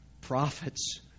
prophets